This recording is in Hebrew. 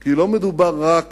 כי לא מדובר רק